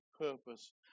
purpose